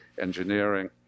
engineering